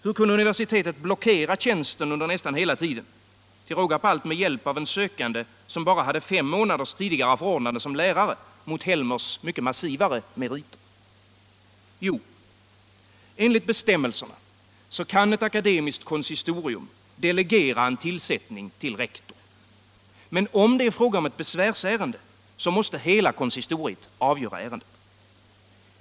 Hur kunde universitetet blockera tjänsten under nästan hela tiden -— till råga på allt med hjälp av en sökande som bara hade fem månaders tidigare förordnande som lärare mot Helmers mycket massivare meriter? Jo, enligt bestämmelserna kan ett akademiskt konsistorium delegera en tillsättning till rektor. Men om det är fråga om ett besvärsärende måste hela konsistorium avgöra ärendet.